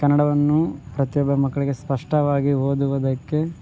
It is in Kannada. ಕನ್ನಡವನ್ನು ಪ್ರತಿಯೊಬ್ಬ ಮಕ್ಕಳಿಗೆ ಸ್ಪಷ್ಟವಾಗಿ ಓದುವುದಕ್ಕೆ